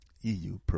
EU